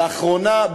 לאחרונה,